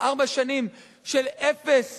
ארבע שנים של אפס